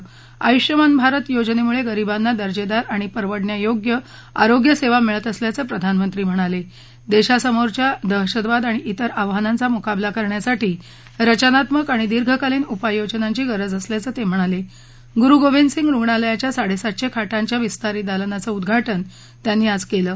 आयुष्यमान भारतयोजनस्क्रि गेरीबांना दर्जेदार आणि परवडण्यायोग्य आरोग्य सद्या मिळत असल्याचं प्रधानमंत्री म्हणाल दिधासमोरच्या दहशतवाद आणि तिर आव्हानांचा मुकाबला करण्यासाठी रचनात्मक आणि दीर्घकालीन उपाययोजनांची गरज असल्याचं तस्तिणालगुरु गोविद सिंग रुग्णालयाच्या साड्यातश खाटांच्या विस्तारित दालनाचं उद्घाटन कलि